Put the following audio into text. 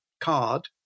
card